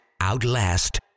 outlast